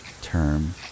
term